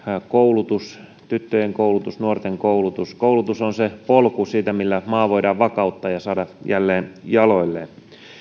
koulutus tyttöjen koulutus nuorten koulutus koulutus on se polku millä maa voidaan vakauttaa ja saada jälleen jaloilleen